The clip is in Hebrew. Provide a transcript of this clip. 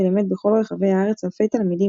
ולימד בכל רחבי הארץ אלפי תלמידים,